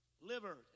liver